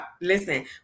Listen